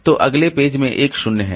तो अगले पेज में 1 0 है